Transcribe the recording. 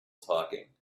talking